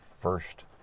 first